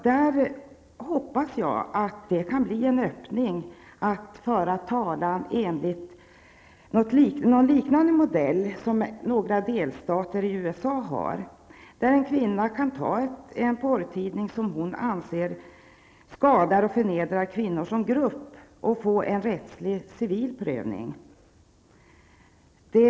Jag hoppas att det kan bli en öppning för att föra talan enligt en modell liknande den som några delstater i USA har, där en kvinna kan föra talan mot en porrtidning som hon anser skadar och förnedrar kvinnor som grupp och få en civil rättslig prövning av det.